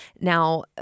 Now